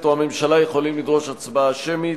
או הממשלה יכולים לדרוש הצבעה שמית.